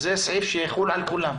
זה סעיף שיחול על כולם.